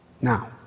Now